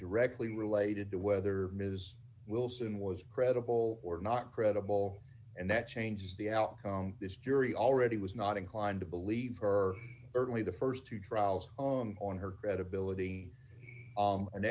directly related to whether ms wilson was credible or not credible and that changes the outcome this jury already was not inclined to believe her early the st two trials on her credibility